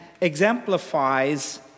exemplifies